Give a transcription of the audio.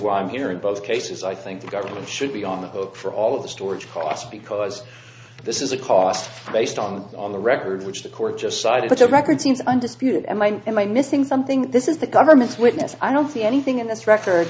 why i'm here in both cases i think the government should be on the hook for all of the storage costs because this is a cost based on the record which the court just sided with the record seems undisputed and i am i missing something this is the government's witness i don't see anything in this record